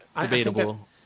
Debatable